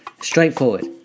Straightforward